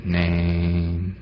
name